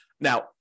Now